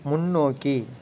முன்னோக்கி